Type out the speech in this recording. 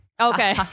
Okay